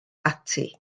ati